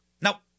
Now